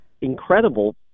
incredible